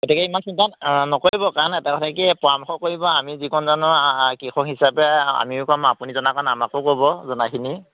গতিকে ইমান চিন্তা নকৰিব কাৰণ এটা কথা কি পৰামৰ্শ কৰিব আমি যিকণ জানো আ আমি কৃষক হিচাপে আমিও ক'ম আপুনি জনাকণ আমাকো ক'ব জনাখিনি